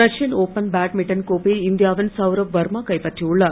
Russian Open badminton கோப்பையை இந்தியாவின் சவ்ரப் வர்மா கைப்பற்றியுள்ளார்